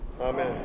Amen